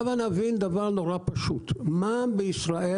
הבה נבין דבר נורא פשוט: מע"מ בישראל